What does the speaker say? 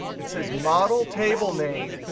it says model table name,